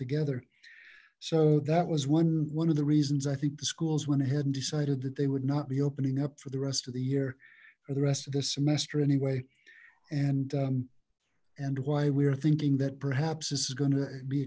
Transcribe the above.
together so that was one one of the reasons i think the schools went ahead and decided that they would not be opening up for the rest of the year for the rest of this semester anyway and and why we are thinking that perhaps this is going to be